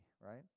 right